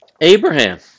Abraham